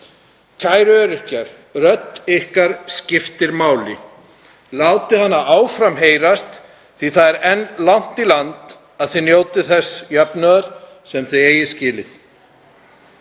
Kæru öryrkjar, rödd ykkar skiptir máli. Látið hana áfram heyrast því að það er enn langt í land að þið njótið þess jöfnuðar sem þið eigið skilið.